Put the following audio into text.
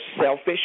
selfish